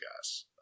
guys